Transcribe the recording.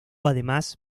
además